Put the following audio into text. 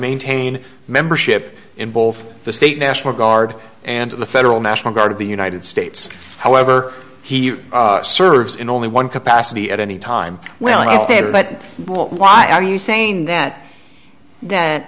maintain membership in both the state national guard and the federal national guard of the united states however he serves in only one capacity at any time well enough there but why are you saying that that